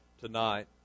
tonight